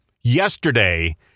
yesterday